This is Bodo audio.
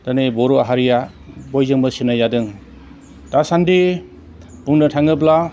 दिनै बर' हारिया बयजोंबो सिनायजादों दासानदि बुंनो थाङोब्ला